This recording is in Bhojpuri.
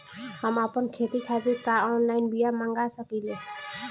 हम आपन खेती खातिर का ऑनलाइन बिया मँगा सकिला?